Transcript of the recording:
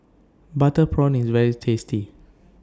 Butter Prawns IS very tasty